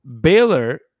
Baylor